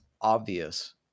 obvious